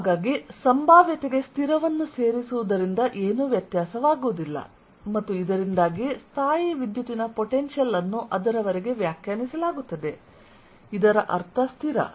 ಆದ್ದರಿಂದ ಸಂಭಾವ್ಯತೆಗೆ ಸ್ಥಿರವನ್ನು ಸೇರಿಸುವುದರಿಂದ ವ್ಯತ್ಯಾಸವಾಗುವುದಿಲ್ಲ ಮತ್ತು ಇದರಿಂದಾಗಿ ಸ್ಥಾಯೀವಿದ್ಯುತ್ತಿನ ಪೊಟೆನ್ಶಿಯಲ್ ಅನ್ನು ಅದರವರೆಗೆ ವ್ಯಾಖ್ಯಾನಿಸಲಾಗುತ್ತದೆ ಇದರರ್ಥ ಸ್ಥಿರ